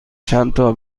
چندتا